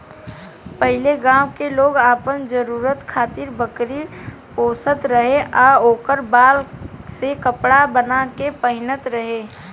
पहिले गांव के लोग आपन जरुरत खातिर बकरी पोसत रहे आ ओकरा बाल से कपड़ा बाना के पहिनत रहे